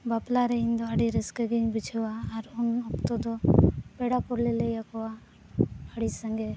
ᱵᱟᱯᱞᱟ ᱨᱮ ᱤᱧᱫᱚ ᱟᱹᱰᱤ ᱨᱟᱹᱥᱠᱟᱹ ᱜᱮᱧ ᱵᱩᱡᱷᱟᱹᱣᱟ ᱟᱨ ᱩᱱ ᱚᱠᱛᱚ ᱫᱚ ᱯᱮᱲᱟ ᱠᱚᱞᱮ ᱞᱟᱹᱭ ᱟᱠᱚᱣᱟ ᱟᱹᱰᱤ ᱥᱟᱸᱜᱮ